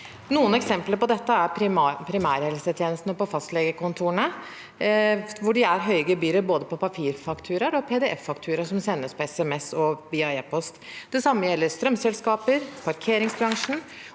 Noen eksempler på dette er primærhelsetjenesten og fastlegekontorene, hvor det er høye gebyrer på både papirfaktura og pdf-faktura som sendes på sms og via e post. Det samme gjelder strømselskaper og parkeringsbransjen,